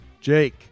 Jake